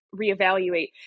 reevaluate